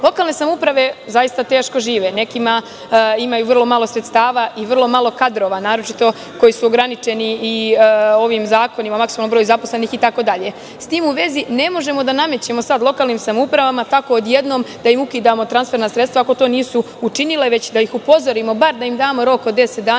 Lokalne samouprave zaista teško žive. Neke imaju vrlo malo sredstava i vrlo malo kadrova, naročito koji su ograničeni ovim zakonima o maksimalnom broju zaposlenih itd.S tim u vezi ne možemo da sada namećemo lokalnim samoupravama tako odjednom, da im ukidamo transferna sredstava ako to nisu učinile, već da ih upozorimo, bar da im damo rok od 10 dana,